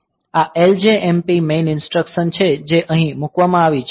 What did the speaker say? આ LJMP main instruction છે જે અહીં મૂકવામાં આવી છે